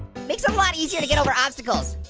makes it a lot easier to get over obstacles.